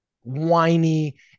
whiny